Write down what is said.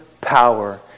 power